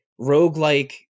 roguelike